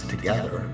Together